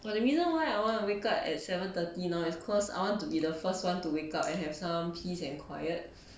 well the reason why I wanna wake up at seven thirty now is cause I want to be the first one to wake up and have some peace and quiet